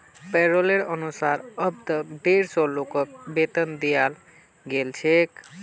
पैरोलेर अनुसार अब तक डेढ़ सौ लोगक वेतन दियाल गेल छेक